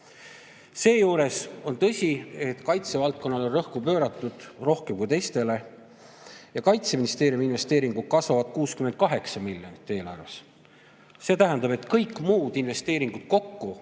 Seejuures on tõsi, et kaitsevaldkonnale on rõhku pandud rohkem kui teistele. Kaitseministeeriumi investeeringud kasvavad 68 miljonit. See tähendab, et kõik muud investeeringud kokku